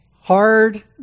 hard